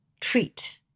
treat